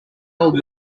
old